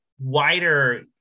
wider